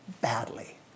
badly